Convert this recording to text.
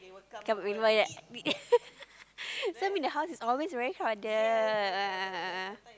come before yeah some the house is always very crowded a'ah a'ah